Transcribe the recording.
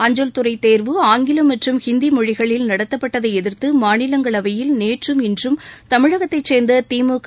அஞ்சல்துறை தேர்வு ஆங்கிலம் மற்றும் இந்தி மொழிகளில் நடத்தப்பட்டதை எதிர்த்து மாநிலங்களவையில் நேற்றும் இன்றும் தமிழகத்தை சேர்ந்த திமுக